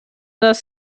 das